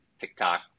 TikTok